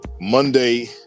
Monday